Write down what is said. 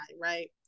right